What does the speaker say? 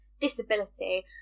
disability